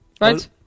Right